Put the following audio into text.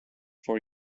for